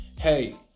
hey